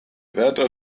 wärter